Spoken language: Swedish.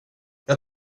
jag